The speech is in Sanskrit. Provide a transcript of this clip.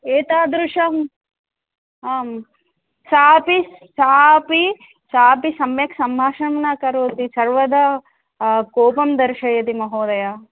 एतादृशम् आं सा अपि सा अपि सापि सम्यक् सम्भाषणं न करोति सर्वदा कोपं दर्शयति महोदय